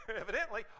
Evidently